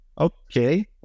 Okay